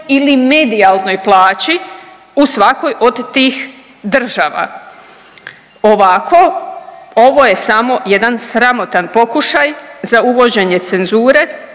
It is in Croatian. ili medijalnoj plaći u svakoj od tih država. Ovako ovo je samo jedan sramotan pokušaj za uvođenje cenzure